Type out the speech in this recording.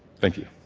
thank you.